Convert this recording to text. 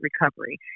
Recovery